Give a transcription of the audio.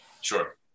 Sure